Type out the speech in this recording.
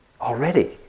already